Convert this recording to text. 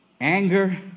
anger